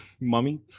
mummy